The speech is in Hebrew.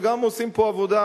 וגם עושים פה עבודה,